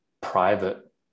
private